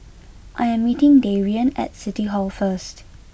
I am meeting Darrien at City Hall first